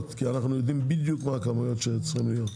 כי אנחנו יודעים בדיוק מה הכמויות שצריכות להיות.